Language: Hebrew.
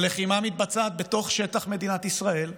הלחימה מתבצעת בתוך שטח מדינת ישראל.